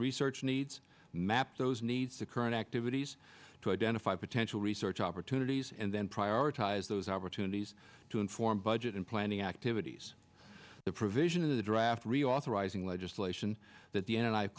research needs map those needs to current activities to identify potential research opportunities and then prioritize those opportunities to inform budget and planning activities the provision of the draft reauthorizing legislation that the and